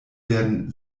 werden